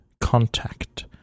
contact